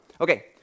Okay